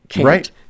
Right